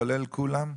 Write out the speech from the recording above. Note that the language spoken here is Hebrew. כולל כולם?